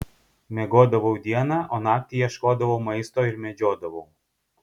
miegodavau dieną o naktį ieškodavau maisto ir medžiodavau